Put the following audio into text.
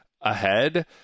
ahead